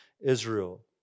Israel